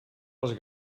les